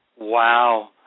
Wow